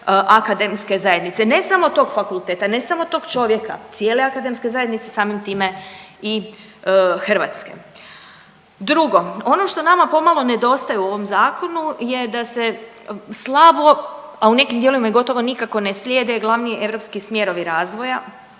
akademske zajednice, ne samo tog fakulteta, ne samo tog čovjeka, cijele akademske zajednice samim time i Hrvatske. Drugo, ono što nama pomalo nedostaje u ovom zakonu je da se slabo, a u nekim dijelovima i gotovo nikako ne slijede glavni europski smjerovi razvoja